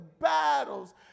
battles